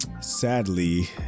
sadly